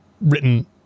written